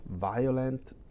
violent